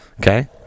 Okay